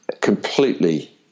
completely